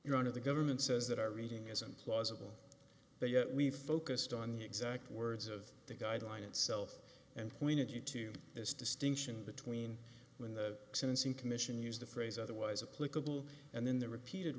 your own of the government says that our reading is implausible but yet we focused on the exact words of the guideline itself and pointed you to this distinction between when the sentencing commission used the phrase otherwise a political and then the repeated